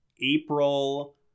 April